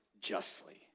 justly